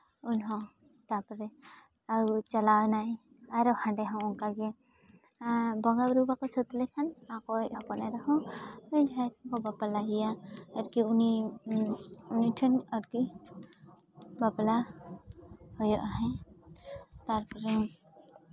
ᱩᱱᱦᱚᱸ ᱛᱟᱨᱯᱚᱨᱮ ᱟᱹᱜᱩ ᱪᱟᱞᱟᱣᱮᱱᱟᱭ ᱟᱨ ᱦᱟᱸᱰᱮ ᱦᱚᱸ ᱚᱱᱠᱟᱜᱮ ᱵᱚᱸᱜᱟᱼᱵᱩᱨᱩ ᱵᱟᱠᱚ ᱥᱟᱹᱛ ᱞᱮᱠᱷᱟᱱ ᱟᱠᱚᱭᱤᱡ ᱦᱚᱯᱚᱱ ᱮᱨᱟ ᱦᱚᱸ ᱡᱟᱦᱟᱸᱭ ᱠᱚᱠᱚ ᱵᱟᱯᱞᱟ ᱮᱭᱟ ᱟᱨᱠᱤ ᱩᱱᱤ ᱩᱱᱤ ᱴᱷᱮᱱ ᱟᱨᱠᱤ ᱵᱟᱯᱞᱟ ᱦᱩᱭᱩᱜᱼᱟ ᱦᱮᱸ ᱛᱟᱨᱯᱚᱨᱮ